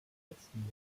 letzten